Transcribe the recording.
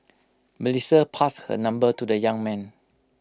Melissa passed her number to the young man